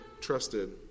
trusted